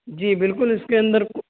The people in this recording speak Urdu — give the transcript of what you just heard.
جی بالکل اس کے اندر